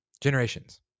Generations